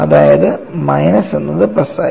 അതായത് മൈനസ് എന്നത് പ്ലസ് ആയി